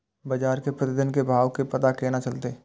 बजार के प्रतिदिन के भाव के पता केना चलते?